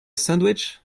sandwich